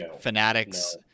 fanatics